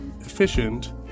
efficient